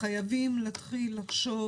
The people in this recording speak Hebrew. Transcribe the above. חייבים להתחיל לחשוב